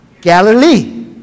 Galilee